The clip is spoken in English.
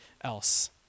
else